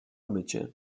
mycie